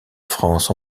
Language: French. france